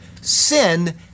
Sin